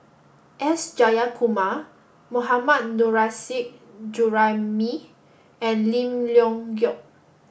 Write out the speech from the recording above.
S Jayakumar Mohammad Nurrasyid Juraimi and Lim Leong Geok